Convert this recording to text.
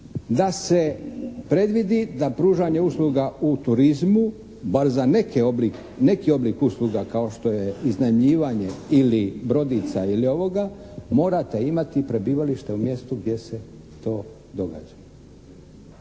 da se predvidi da pružanje usluga u turizmu bar za neki oblik usluga kao što je iznajmljivanje ili brodica ili ovoga morate imati prebivalište u mjestu gdje se to događa.